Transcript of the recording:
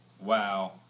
Wow